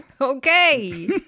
Okay